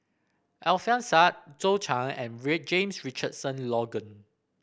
Alfian Sa'at Zhou Can and James Richardson Logan